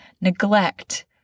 neglect